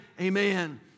amen